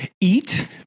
eat